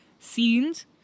Scenes